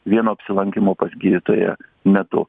vieno apsilankymo pas gydytoją metu